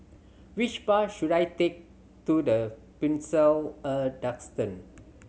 which bus should I take to The Pinnacle at Duxton